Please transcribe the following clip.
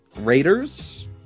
Raiders